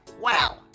Wow